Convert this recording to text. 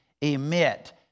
emit